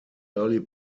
early